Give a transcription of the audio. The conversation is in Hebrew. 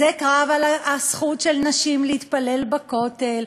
זה קרב על הזכות של נשים להתפלל בכותל,